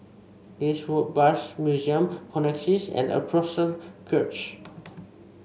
this Woodbridge Museum Connexis and